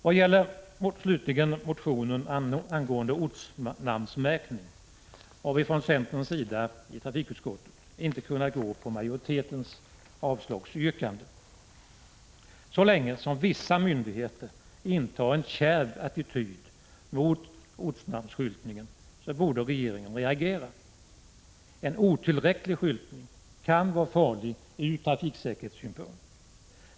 Vad slutligen gäller motionen angående ortnamnsmärkning har vi från centerns sida i trafikutskottet inte kunnat gå på majoritetens avslagsyrkande. Så länge som vissa myndigheter intar en kärv attityd mot ortnamnsskyltningen borde regeringen reagera. En otillräcklig skyltning kan vara farlig ur trafiksäkerhetssynpunkt.